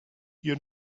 you